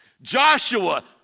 Joshua